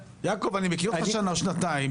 יעקב, אני מכיר אותך שנה שנתיים.